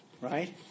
Right